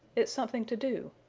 it's something to do.